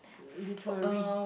literary